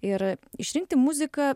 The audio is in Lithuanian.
ir išrinkti muziką